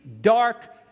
dark